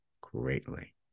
greatly